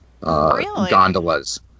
gondolas